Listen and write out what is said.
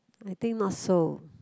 I think not so